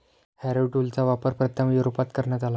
Harrow टूलचा वापर प्रथम युरोपात करण्यात आला